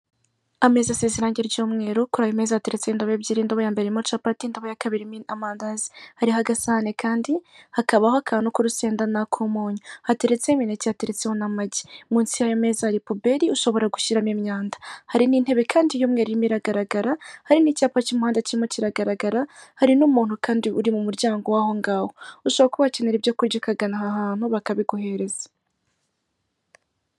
Mu muhanda harimo imodoka isize irangi ry'ubururu, imbere harimo haraturukayo ipikipiki ihetse umuntu, hirya gatoya hahagaze umuntu, ku muhanda hari ibiti binini cyane.